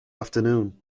afternoon